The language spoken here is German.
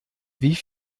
wie